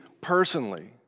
personally